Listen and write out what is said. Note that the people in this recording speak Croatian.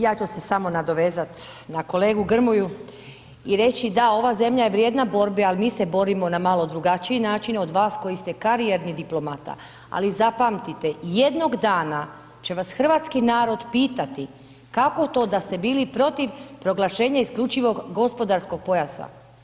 Ja ću se samo nadovezat na kolegu Grmoju i reći da, ova zemlja je vrijedna borbe, al mi se borimo na malo drugačiji način od vas koji ste karijerni diplomata, ali zapamtite jednog dana će vas hrvatski narod pitati kako to da ste bili protiv proglašenja isključivog gospodarskog pojasa?